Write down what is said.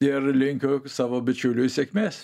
ir linkiu savo bičiuliui sėkmės